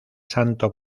santo